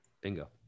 bingo